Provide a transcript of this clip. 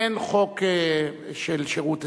אין חוק של שירות אזרחי,